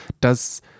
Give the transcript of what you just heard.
dass